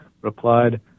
replied